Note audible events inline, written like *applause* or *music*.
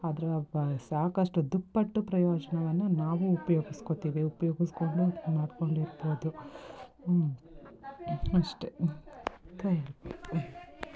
ಅದರ ಬ ಸಾಕಷ್ಟು ದುಪ್ಪಟ್ಟು ಪ್ರಯೋಜನವನ್ನ ನಾವು ಉಪಯೋಗಿಸ್ಕೊಳ್ತೀವಿ ಉಪಯೋಗಿಸ್ಕೊಂಡು *unintelligible* ಮಾಡ್ಕೊಂಡು ಇರ್ಬೋದು ಅಷ್ಟೆ